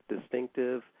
distinctive